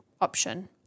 option